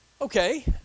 Okay